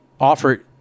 offer